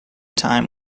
time